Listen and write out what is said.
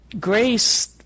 Grace